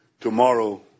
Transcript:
tomorrow